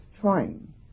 trying